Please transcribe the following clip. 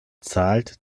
zahlt